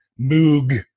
Moog